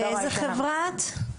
מאיזו חברה את?